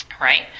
right